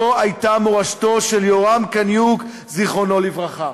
זו הייתה מורשתו של יורם קניוק, זיכרונו לברכה.